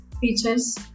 features